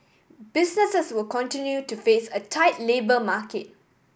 businesses will continue to face a tight labour market